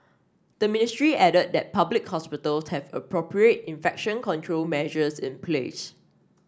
the ministry added that public hospitals have appropriate infection control measures in place